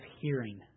hearing